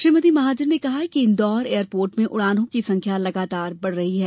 श्रीमती महाजन ने कहा कि इन्दौर एयरपोर्ट में उड़ानों की संख्या लगातार बढ़ रही है